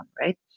right